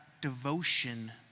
devotion